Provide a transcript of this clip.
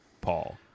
Paul